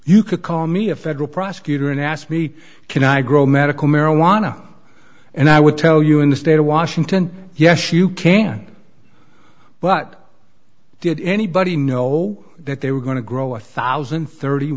you could call me a federal prosecutor and asked me can i grow medical marijuana and i would tell you in the state of washington yes you can but did anybody know that they were going to grow one thousand and thirty